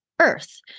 earth